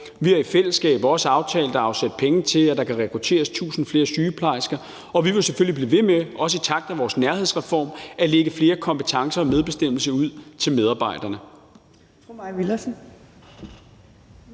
Vi har i fællesskab også aftalt at afsætte penge til, at der kan rekrutteres 1.000 flere sygeplejersker, og vi vil selvfølgelig blive ved med, også i kraft af vores nærhedsreform, at lægge flere kompetencer og mere medbestemmelse ud til medarbejderne.